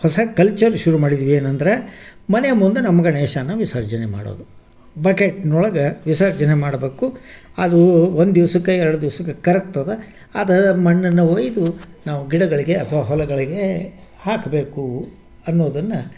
ಹೊಸ ಕಲ್ಚರ್ ಶುರುಮಾಡಿದ್ವಿ ಏನಂದರೆ ಮನೆ ಮುಂದೆ ನಮ್ಮ ಗಣೇಶನ ವಿಸರ್ಜನೆ ಮಾಡೋದು ಬಕೆಟ್ನೊಳಗೆ ವಿಸರ್ಜನೆ ಮಾಡಬೇಕು ಅದು ಒಂದು ದಿವ್ಸಕ್ಕೆ ಎರಡು ದಿವ್ಸಕ್ಕೆ ಕರಗ್ತದೆ ಅದೇ ಮಣ್ಣನ್ನು ಒಯ್ದು ನಾವು ಗಿಡಗಳಿಗೆ ಅಥ್ವಾ ಹೊಲಗಳಿಗೆ ಹಾಕಬೇಕು ಅನ್ನೋದನ್ನು